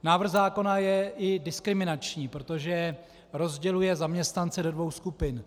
Návrh zákona je i diskriminační, protože rozděluje zaměstnance do dvou skupin.